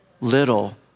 little